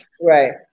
right